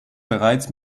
bereits